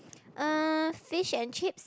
uh fish and chips